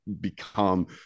become